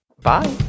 Bye